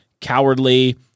cowardly